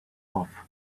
off